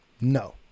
No